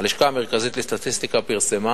הלשכה המרכזית לסטטיסטיקה פרסמה